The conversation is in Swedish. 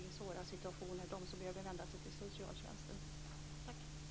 Tack!